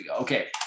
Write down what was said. Okay